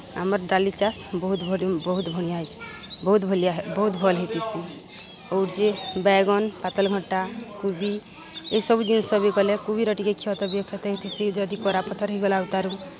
ଆମର୍ ଡାଲି ଚାଷ୍ ବହୁତ୍ ବହୁତ୍ ବଢ଼ିଆ ହେଇଛେ ବହୁତ୍ ଭଲିଆ ବହୁତ୍ ଭଲ୍ ହେଇଥିସି ଆଉ ଯେ ବାଏଗନ୍ ପାତଲ୍ଘଣ୍ଟା କୁବି ଇସବୁ ଜିନିଷ୍ ବି କଲେ କୁବିର ଟିକେ କ୍ଷତ ବିକ୍ଷତ ହେଇଥିସି ଯଦି କରାପଥର୍ ହେଇଗଲା ଆଉ ତାର୍